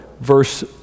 verse